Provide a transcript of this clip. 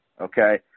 okay